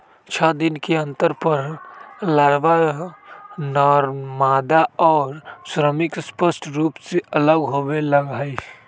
छः दिन के अंतर पर लारवा, नरमादा और श्रमिक स्पष्ट रूप से अलग होवे लगा हई